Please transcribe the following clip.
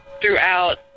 throughout